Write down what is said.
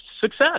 success